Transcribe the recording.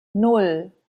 nan